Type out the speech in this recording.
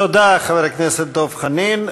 תודה, חבר הכנסת דב חנין.